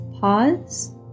pause